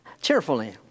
cheerfully